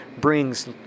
brings